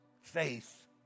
faith